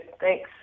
Thanks